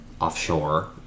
offshore